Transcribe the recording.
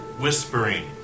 whispering